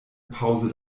pause